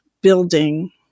building